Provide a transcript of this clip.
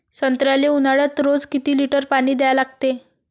संत्र्याले ऊन्हाळ्यात रोज किती लीटर पानी द्या लागते?